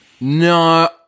No